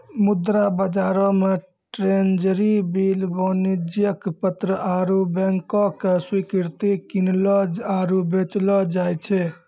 मुद्रा बजारो मे ट्रेजरी बिल, वाणिज्यक पत्र आरु बैंको के स्वीकृति किनलो आरु बेचलो जाय छै